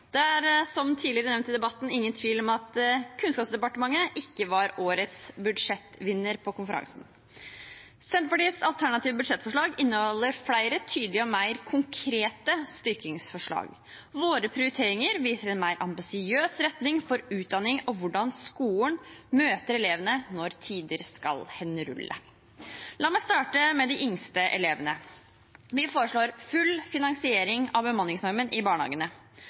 Det er, som tidligere nevnt i debatten, ingen tvil om at Kunnskapsdepartementet ikke var årets budsjettvinner på konferansen. Senterpartiets alternative budsjettforslag inneholder flere tydelige og mer konkrete styrkingsforslag. Våre prioriteringer viser en mer ambisiøs retning for utdanning og hvordan skolen møter elevene når tider skal henrulle. La meg starte med de yngste elevene. Vi foreslår full finansiering av bemanningsnormen i barnehagene.